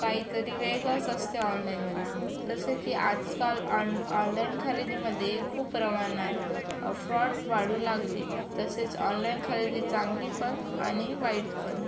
काहीतरी वेगळंच असते ऑनलाईनमध्ये तसे की आजकाल ऑन ऑनलाईन खरेदीमध्ये खूप प्रमाणात फ्रॉड वाढू लागले तसेच ऑनलाईन खरेदी चांगली पण आणि वाईट पण